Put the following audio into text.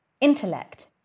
intellect